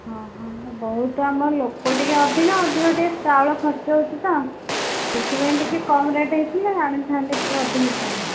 ହଁ ହଁ ବହୁତ ଆମର ଲୋକ ଟିକିଏ ଅଧିକ ଅଧିକ ଟିକିଏ ଚାଉଳ ଖର୍ଚ୍ଚ ହେଉଛି ତ ସେଥିପାଇଁ ଟିକିଏ କମ୍ ରେଟ୍ ହୋଇଥିଲେ ଆଣିଥାନ୍ତି ଟିକିଏ ଅଧିକ ଚାଉଳ